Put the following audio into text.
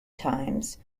times